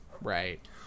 right